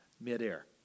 midair